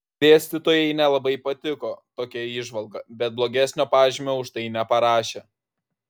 dėstytojai nelabai patiko tokia įžvalga bet blogesnio pažymio už tai neparašė